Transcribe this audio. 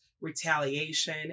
retaliation